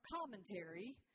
commentary